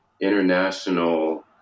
international